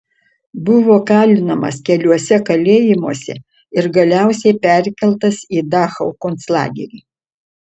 buvo kalinamas keliuose kalėjimuose ir galiausiai perkeltas į dachau konclagerį